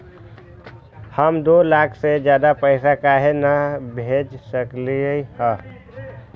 हम दो लाख से ज्यादा पैसा काहे न भेज सकली ह?